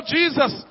Jesus